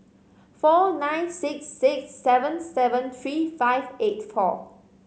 four nine six six seven seven three five eight four